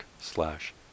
slash